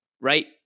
right